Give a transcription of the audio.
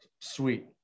sweet